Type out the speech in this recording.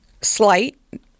slight